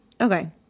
Okay